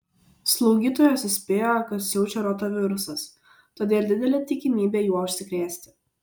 slaugytojos įspėjo kad siaučia rotavirusas todėl didelė tikimybė juo užsikrėsti